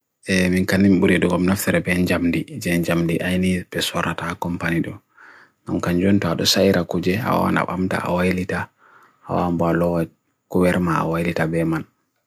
mingkani miburi du gom naftere ben jamdi, jen jamdi aini beswarat aakompanido. Nong kanjunta, desaira kuji, awan apamta awa ilita, awan balo kuverma awa ilita beman.